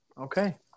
Okay